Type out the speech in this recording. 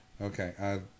Okay